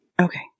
Okay